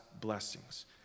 blessings